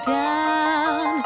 down